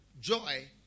joy